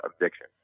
addiction